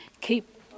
keep